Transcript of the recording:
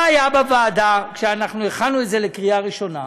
מה היה בוועדה כשאנחנו הכנו את זה לקריאה ראשונה?